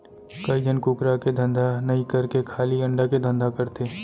कइ झन कुकरा के धंधा नई करके खाली अंडा के धंधा करथे